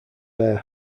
bare